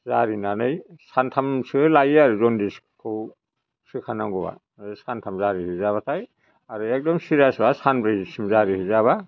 जारिनानै सानथामसो लायो आरो जनदिसखौ सोखानांगौआ सान्थाम जारिहैजाबाथाय आरो एकदम सिरियासबा सानब्रैसिम जारिहैजाबा